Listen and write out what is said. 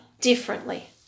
differently